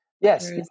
Yes